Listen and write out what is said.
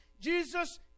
Jesus